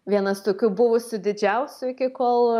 vienas tokių buvusių didžiausių iki kol